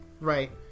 Right